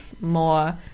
more